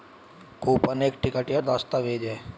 coupon एक ticket या दस्तावेज़ है